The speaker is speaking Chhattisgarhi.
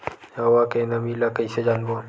हवा के नमी ल कइसे जानबो?